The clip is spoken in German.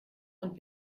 und